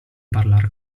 parlar